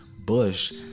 bush